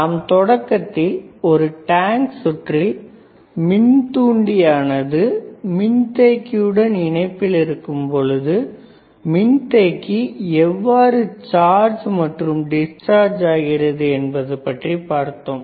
நாம் தொடக்கத்தில் ஒரு டேங்க் சுற்றில் மின் தூண்டியானது மின்தேக்கி உடன் இணைப்பில் இருக்கும் பொழுது மின் தேக்கி எவ்வாறு சார்ஜ் மற்றும் டிஸ்சார்ஜ் ஆகிறது என்பது பற்றி பார்த்தோம்